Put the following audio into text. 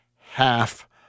half